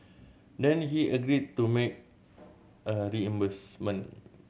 then he agreed to make a reimbursement